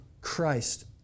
Christ